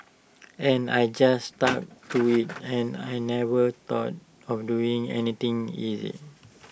and I just stuck to IT and I never thought of doing anything else